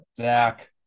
Zach